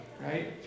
right